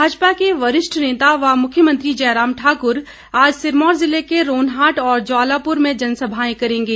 भाजपा के वरिष्ठ नेता व मुख्यमंत्री जयराम ठाकुर आज सिरमौर जिले के रोनहाट और ज्वालापुर में जनसभाएं करेंगे